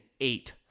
eight